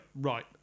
right